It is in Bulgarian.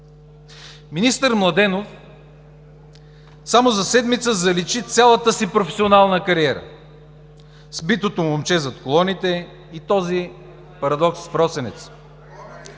Министър Младенов само за седмица заличи цялата си професионална кариера с битото момче зад колоните и този парадокс в „Росенец“.